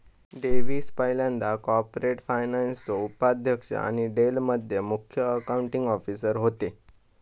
Davis पयल्यांदा corporate फायनान्सचो उपाध्यक्ष आणि डेल मध्ये मुख्य अकाउंटींग ऑफिसर होते